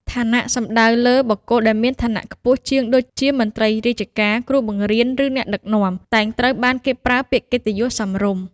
ឋានៈសំដៅលើ បុគ្គលដែលមានឋានៈខ្ពស់ជាងដូចជាមន្ត្រីរាជការ គ្រូបង្រៀន ឬអ្នកដឹកនាំ តែងត្រូវបានគេប្រើពាក្យកិត្តិយសសមរម្យ។